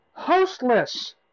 hostless